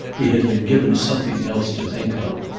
he had been given something else to think of.